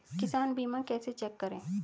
किसान बीमा कैसे चेक करें?